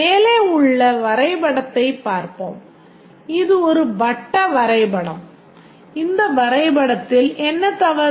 மேலே உள்ள முதல் வரைபடத்தைப் பார்ப்போம் இது ஒரு வட்ட வரைபடம் இந்த வரைபடத்தில் என்ன தவறு